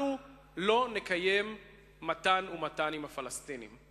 אנחנו לא נקיים מתן ומתן עם הפלסטינים.